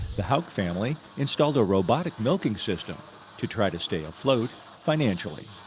the houck family installed a robotic milking system to try to stay afloat financially.